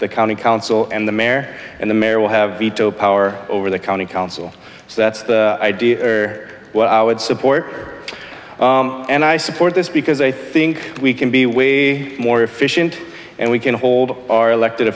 the county council and the mare and the mayor will have veto power over the county council so that's the idea or what i would support and i support this because i think we can be way more efficient and we can hold our elected